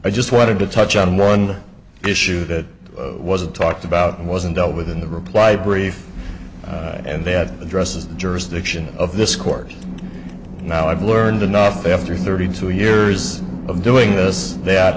i just wanted to touch on one issue that wasn't talked about and wasn't dealt with in the reply brief and that addresses the jurisdiction of this court now i've learned enough after thirty two years of doing this that